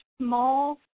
small